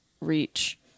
reach